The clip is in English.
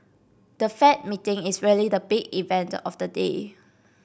the Fed meeting is really the big event of the day